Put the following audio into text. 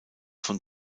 von